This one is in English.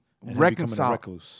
reconcile